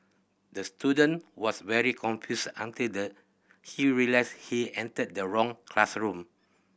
the student was very confused until the he realised he entered the wrong classroom